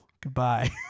Goodbye